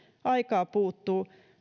aikaa puuttuu